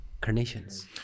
Carnations